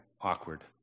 awkward